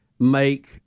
make